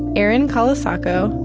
erin colasacco,